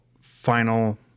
final